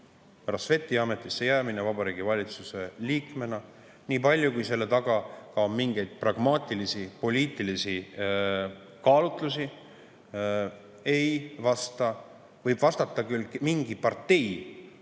Sveti ametisse jäämine Vabariigi Valitsuse liikmena, nii palju kui selle taga ka on mingeid pragmaatilisi poliitilisi kaalutlusi, võib vastata küll mingi